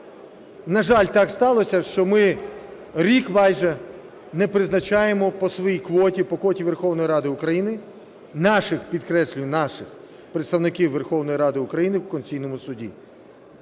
На жаль, так сталося, що ми рік майже не призначаємо по своїй квоті, по квоті Верховної Ради України, наших, підкреслюю, наших представників Верховної Ради України в Конституційному Суді.